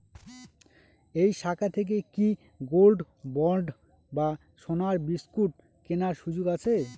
এই শাখা থেকে কি গোল্ডবন্ড বা সোনার বিসকুট কেনার সুযোগ আছে?